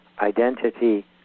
identity